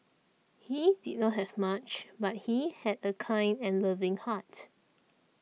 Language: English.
he did not have much but he had a kind and loving heart